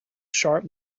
sharp